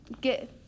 get